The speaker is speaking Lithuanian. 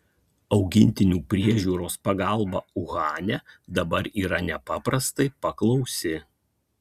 augintinių priežiūros pagalba uhane dabar yra nepaprastai paklausi